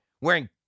wearing